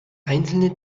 einzelne